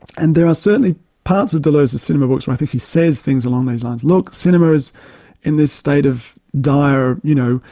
and there are certainly parts of deleuze's cinema books where i think he says things along these lines look, cinema is in this state of dire you know,